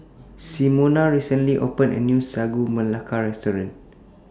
Simona recently opened A New Sagu Melaka Restaurant